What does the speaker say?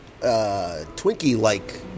Twinkie-like